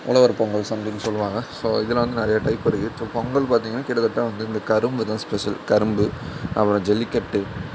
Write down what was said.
உழவர் பொங்கல் சம்திங் சொல்லுவாங்க ஸோ இதில் வந்து நிறைய டைப் இருக்குது ஸோ பொங்கல் பார்த்தீங்கன்னா கிட்டத்தட்ட வந்து இந்த கரும்பு தான் ஸ்பெசல் கரும்பு அப்புறம் ஜல்லிக்கட்டு